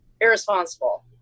irresponsible